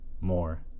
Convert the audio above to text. more